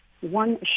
one